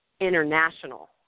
international